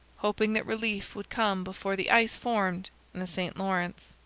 hoping that relief would come before the ice formed in the st lawrence.